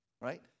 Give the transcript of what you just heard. Right